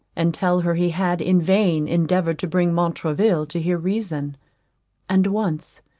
and tell her he had in vain endeavoured to bring montraville to hear reason and once,